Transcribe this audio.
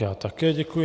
Já také děkuji.